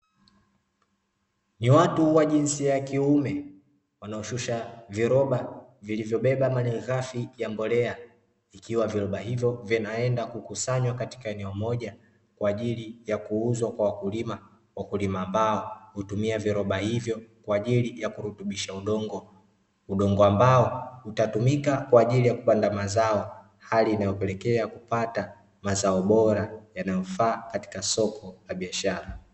Ni watu wa jinsia ya kiume, wanaoshusha viroba vilivyobeba malighafi ya mbolea, ikiwa viroba hivyo vinaenda kukusanywa katika eneo moja kwa ajili ya kuuzwa kwa wakulima. Wakulima ambao hutumia viroba hivyo kwa ajili ya kurutubisha udongo. Udongo ambao utatumika kwa ajili ya kupanda mazao. Hali inayopelekea kupata mazao bora yanayofaa katika soko la biashara.